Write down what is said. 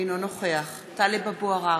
אינו נוכח טלב אבו עראר,